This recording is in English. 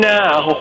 now